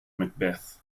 macbeth